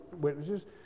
Witnesses